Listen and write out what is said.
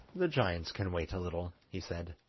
the giants can wait a little he said.